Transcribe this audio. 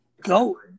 Go